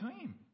team